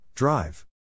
Drive